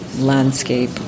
landscape